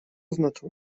znaczą